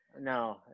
No